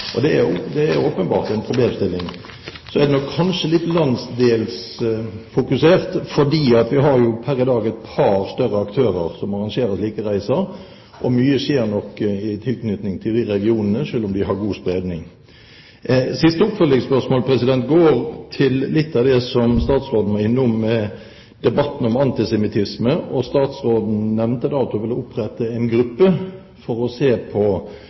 det er åpenbart en problemstilling. Så er det nok kanskje litt landsdelsfokusert. Vi har jo pr. i dag et par større aktører som arrangerer slike reiser. Mye skjer nok i tilknytning til de regionene, selv om de har god spredning. Siste oppfølgingsspørsmål går på litt av det som statsråden var innom, debatten om antisemittisme. Statsråden nevnte at hun ville opprette en gruppe for å se på